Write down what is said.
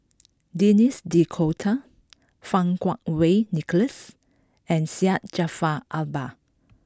Denis D'Cotta Fang Kuo Wei Nicholas and Syed Jaafar Albar